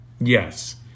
Yes